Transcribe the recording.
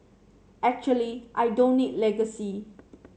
actually I don't need legacy